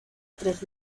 tres